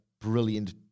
brilliant